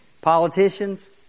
politicians